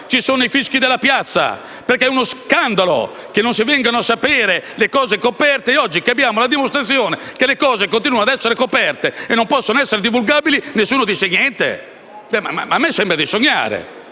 ci sono i fischi della piazza, perché è uno scandalo che non si vengano a sapere le cose coperte e, oggi che abbiamo la dimostrazione che le cose continuano ad essere coperte e non sono divulgabili, nessuno dice niente? A me sembra di sognare.